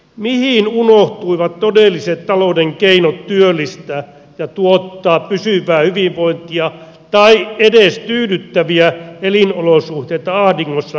mihin unohtuivat todelliset talouden keinot työllistää ja tuottaa pysyvää hyvinvointia tai edes tyydyttäviä elinolosuhteita ahdingossa eläville kansalaisille